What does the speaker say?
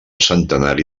centenari